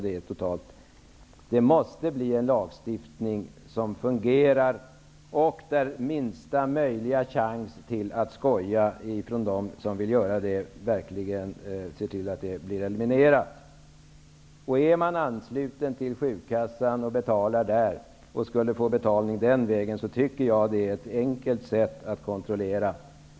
Det måste bli en lagstiftning som fungerar och med minsta möjliga chans att skoja. Om man är ansluten till sjukkassan och skulle få betalt den vägen, borde det vara enkelt att kontrollera.